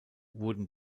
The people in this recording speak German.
wurden